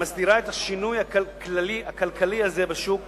מסדירה את השינוי הכללי הכלכלי הזה בשוק